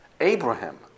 Abraham